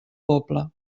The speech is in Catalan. poble